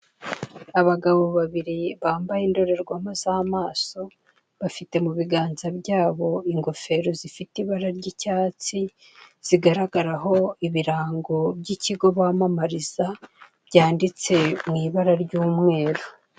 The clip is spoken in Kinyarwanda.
Abagabo babiri bambaye indorerwamo z'amaso bafite mu biganza byabo ingofero zifite ibara ry'icyatsi zigaragaraho ibirango cy'ikigo bamamariza byanditse mu ibara ry'umweru.